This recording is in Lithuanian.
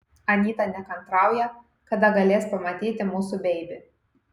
anyta nekantrauja kada galės pamatyti mūsų beibį